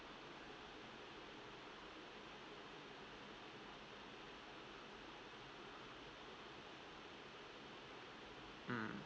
mm